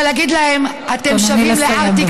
תתכונני לסיים,